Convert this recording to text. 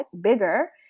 bigger